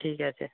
ঠিক আছে